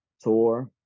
tour